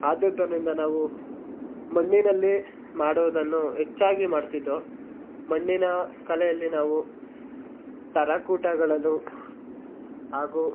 ಆದ್ದರಿಂದ ನಾವು ಮಣ್ಣಿನಲ್ಲಿ ಮಾಡುವುದನ್ನು ಹೆಚ್ಚಾಗಿ ಮಾಡ್ತಿದ್ದೋ ಮಣ್ಣಿನ ಕಲೆಯಲ್ಲಿ ನಾವು ಟರಕೂಟಗಳನ್ನು ಹಾಗೂ